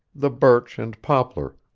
the birch and poplar,